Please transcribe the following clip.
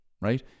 right